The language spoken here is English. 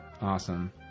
awesome